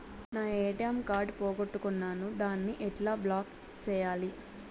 నా ATM card పోగొట్టుకున్నాను, దాన్ని ఎట్లా బ్లాక్ సేయాలి?